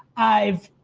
i've.